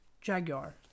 Jaguar